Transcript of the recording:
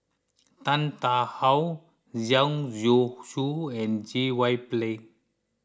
Tan Tarn How Zhang Youshuo and J Y Pillay